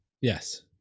yes